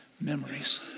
memories